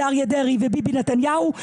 זה אריה דרעי וביבי נתניהו.